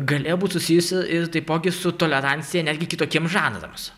galėjo būt susijusi ir taipogi su tolerancija netgi kitokiems žanrams